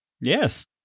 yes